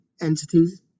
entities